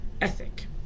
ethic